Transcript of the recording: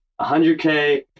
100k